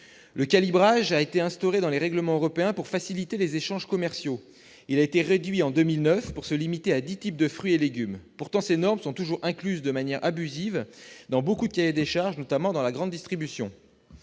de l'alimentation. Instauré dans les règlements européens pour faciliter les échanges commerciaux, le calibrage a été réduit en 2009, pour se limiter à dix types de fruits et légumes. Pourtant, ces normes sont toujours incluses de manière abusive dans de nombreux cahiers des charges, notamment dans la grande distribution.